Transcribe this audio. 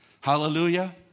Hallelujah